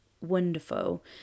wonderful